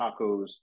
tacos